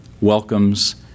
welcomes